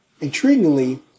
Intriguingly